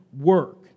work